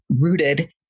rooted